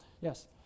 Yes